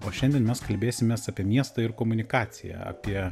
o šiandien mes kalbėsimės apie miestą ir komunikaciją apie